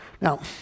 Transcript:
Now